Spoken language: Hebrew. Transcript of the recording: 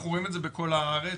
אנחנו רואים את זה בכל הארץ.